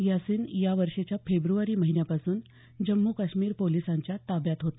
यासिन या वर्षीच्या फेब्रवारी महिन्यापासून जम्मूकाश्मीर पोलिसांच्या ताब्यात होता